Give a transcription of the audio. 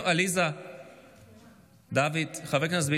תכניס אותו